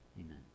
amen